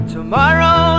Tomorrow